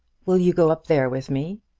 will you go up there with me?